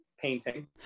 Painting